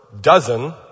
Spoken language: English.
dozen